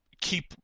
keep